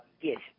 yes